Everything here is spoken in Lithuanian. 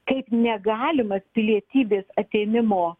kaip negalimas pilietybės atėmimo